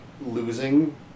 losing